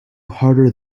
harder